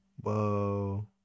Whoa